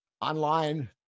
online